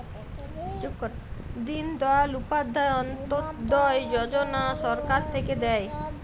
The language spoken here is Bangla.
দিন দয়াল উপাধ্যায় অন্ত্যোদয় যজনা সরকার থাক্যে দেয়